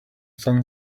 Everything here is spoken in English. sun